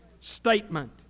statement